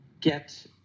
get